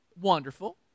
wonderful